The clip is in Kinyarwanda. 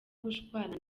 gushwana